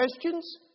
questions